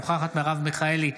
אינה נוכחת מרב מיכאלי,